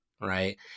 Right